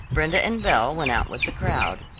brenda and belle went out with the crowd.